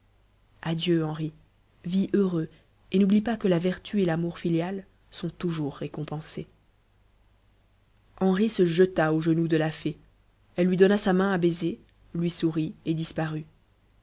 adieu henri vis heureux et n'oublie pas que la vertu et l'amour filial sont toujours récompensés henri se jeta aux genoux de la fée elle lui donna sa main à baiser lui sourit et disparut